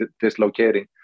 dislocating